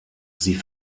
sie